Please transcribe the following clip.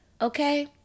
okay